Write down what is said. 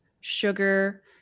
sugar